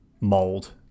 mold